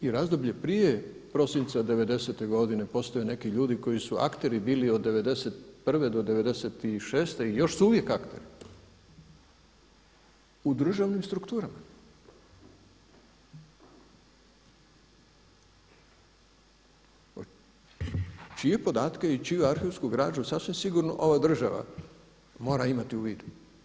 I razdoblje prije prosinca 90-te godine postoje neki ljudi koji su akteri bili od 91. do 96. i još su uvijek akteri u državnim strukturama čije podatke i čiju arhivsku građu sasvim sigurno ova država mira imati u vidu.